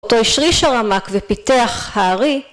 ״אותו השריש הרמק ופיתח הערי״